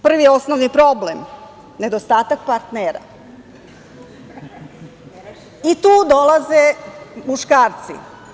Prvi i osnovni problem nedostatak partnera i tu dolaze muškarci.